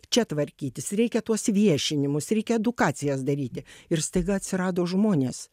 čia tvarkytis reikia tuos viešinimus reikia edukacijas daryti ir staiga atsirado žmonės